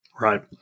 Right